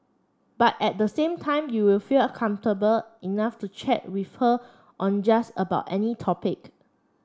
but at the same time you will feel comfortable enough to chat with her on just about any topic